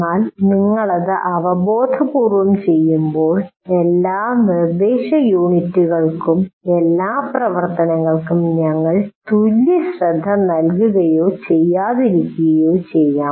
എന്നാൽ നിങ്ങൾ അത് അവബോധപൂർവ്വം ചെയ്യുമ്പോൾ എല്ലാ നിർദ്ദേശ യൂണിറ്റുകൾക്കും എല്ലാ പ്രവർത്തനങ്ങൾക്കും ഞങ്ങൾ തുല്യ ശ്രദ്ധ നൽകുകയോ ചെയ്യാതിരിക്കുകയോ ചെയ്യാം